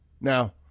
Now